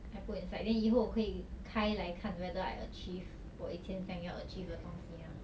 I put inside then 以后我可以开来看 whether I achieve 我以前想要 achieve 的东西 ah